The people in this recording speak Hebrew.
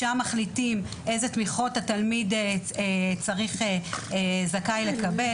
שם מחליטים איזה תמיכות התלמיד זכאי לקבל,